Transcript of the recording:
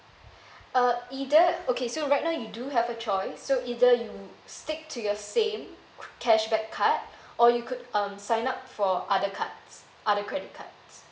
uh either okay so right now you do have a choice so either you stick to your same cr~ cashback card or you could um sign up for other cards other credit cards